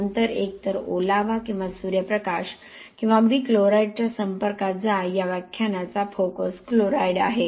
नंतर एकतर ओलावा किंवा सूर्यप्रकाश किंवा अगदी क्लोराईड्सच्या संपर्कात जा या व्याख्यानाचा फोकस क्लोराईड आहे